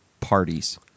parties